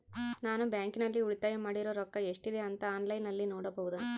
ನಾನು ಬ್ಯಾಂಕಿನಲ್ಲಿ ಉಳಿತಾಯ ಮಾಡಿರೋ ರೊಕ್ಕ ಎಷ್ಟಿದೆ ಅಂತಾ ಆನ್ಲೈನಿನಲ್ಲಿ ನೋಡಬಹುದಾ?